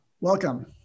welcome